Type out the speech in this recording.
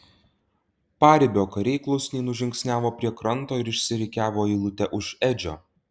paribio kariai klusniai nužingsniavo prie kranto ir išsirikiavo eilute už edžio